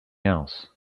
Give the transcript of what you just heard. else